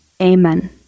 Amen